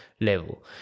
level